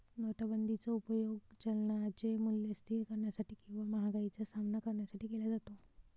नोटाबंदीचा उपयोग चलनाचे मूल्य स्थिर करण्यासाठी किंवा महागाईचा सामना करण्यासाठी केला जातो